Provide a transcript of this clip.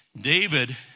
David